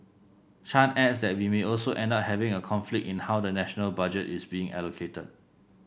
chan adds that we may also end up having a conflict in how the national budget is being allocated